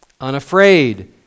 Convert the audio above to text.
unafraid